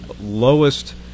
lowest